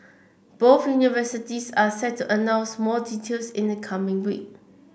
both universities are set to announce more details in the coming week